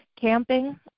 camping